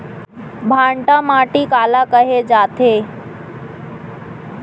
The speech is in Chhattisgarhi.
भांटा माटी काला कहे जाथे?